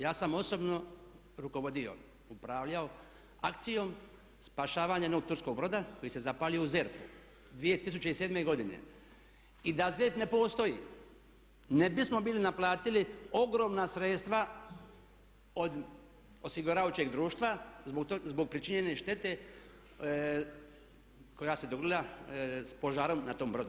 Ja sam osobno rukovodio, upravljao akcijom spašavanja jednog turskog broda koji se zapalio u ZERP-u 2007.godine i da ZERP ne postoji ne bismo bili naplatili ogromna sredstva od osiguravajućeg društva zbog pričinjene štete koja se dogodila s požarom na tom brodu.